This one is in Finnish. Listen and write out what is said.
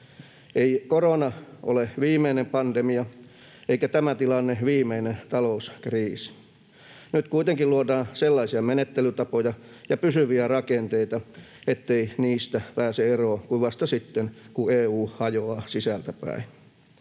Ei korona ole viimeinen pandemia eikä tämä tilanne viimeinen talouskriisi. Nyt kuitenkin luodaan sellaisia menettelytapoja ja pysyviä rakenteita, ettei niistä pääse eroon kuin vasta sitten, kun EU hajoaa sisältäpäin.